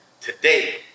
Today